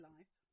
Life